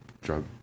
drug